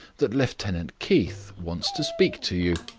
that lieutenant keith wants to speak to you.